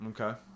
Okay